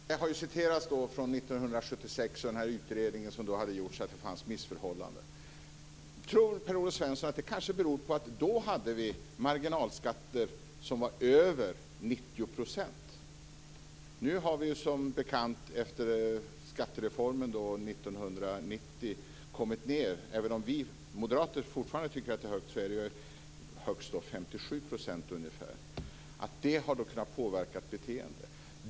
Fru talman! Det har citerats från den här utredningen från 1976 om att det fanns missförhållanden. Tror Per-Olof Svensson att det kanske beror på att vi då hade marginalskatter som var över 90 %? Nu har vi som bekant efter skattereformen 1990 kommit ned. Och även om vi moderater fortfarande tycker att skatterna är höga är de ju högst omkring 57 %. Det kan ju ha påverkat beteendet.